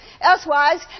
Elsewise